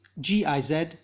GIZ